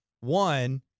One